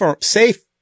Safe